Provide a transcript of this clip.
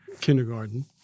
kindergarten